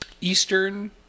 Eastern